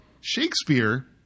Shakespeare